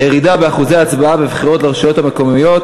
בנושא: הירידה באחוזי ההצבעה בבחירות לרשויות המקומיות,